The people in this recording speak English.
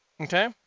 Okay